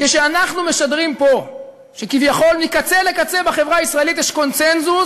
כשאנחנו משדרים פה שכביכול מקצה לקצה בחברה הישראלית יש קונסנזוס